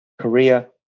Korea